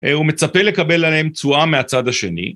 אה... הוא מצפה לקבל עליהם תשואה מהצד השני.